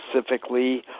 specifically